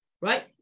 right